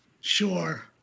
Sure